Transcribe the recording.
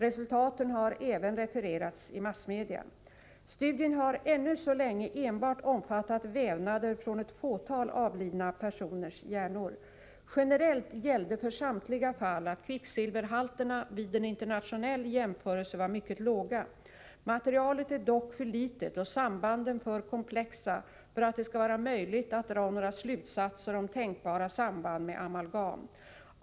Resultaten har även refererats i massmedia. Studien har ännu så länge enbart omfattat vävnader från ett fåtal avlidna personers hjärnor. Generellt gällde för samtliga fall att kvicksilverhalterna vid en internationell jämförelse var mycket låga. Materialet är dock för litet och sambanden för komplexa för att det skall vara möjligt att dra några slutsatser om tänkbara samband med amalgam.